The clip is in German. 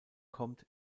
kommt